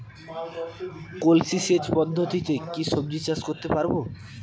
কলসি সেচ পদ্ধতিতে কি সবজি চাষ করতে পারব?